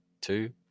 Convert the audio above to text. Two